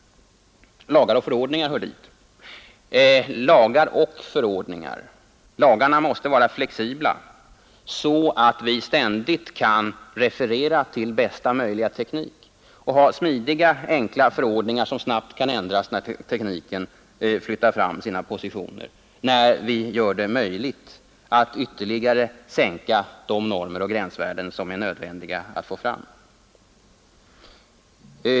Till dessa hör lagar och förordningar. Lagarna måste vara flexibla, så att vi ständigt kan referera till bästa möjliga teknik. Vi måste ha enkla och smidiga förordningar som snabbt kan ändras när tekniken flyttar fram sina positioner och när det blir möjligt att ytterligare skärpa kraven i de normer och gränsvärden som det är nödvändigt att fastställa.